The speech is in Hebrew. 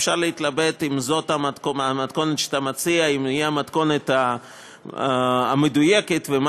אפשר להתלבט אם המתכונת שאתה מציע היא המתכונת המדויקת ומה